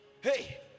Hey